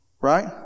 Right